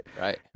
Right